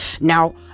Now